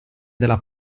della